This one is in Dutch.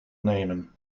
nemen